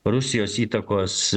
rusijos įtakos